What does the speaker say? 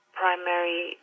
primary